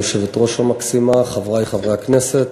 גברתי היושבת-ראש המקסימה, חברי חברי הכנסת,